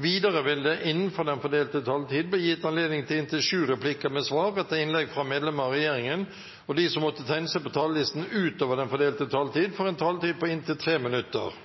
Videre vil det – innenfor den fordelte taletid – bli gitt anledning til inntil sju replikker med svar etter innlegg fra medlemmer av regjeringen, og de som måtte tegne seg på talerlisten utover den fordelte taletid, får også en taletid på inntil 3 minutter.